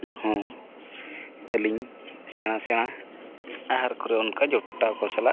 ᱦᱮᱸ ᱟᱹᱞᱤᱧ ᱥᱮᱬᱟ ᱥᱮᱬᱟ ᱟᱦᱟᱨ ᱠᱚᱨᱮ ᱚᱱᱠᱟ ᱡᱚᱴᱟᱣ ᱠᱚ ᱥᱟᱞᱟᱜ